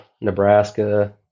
Nebraska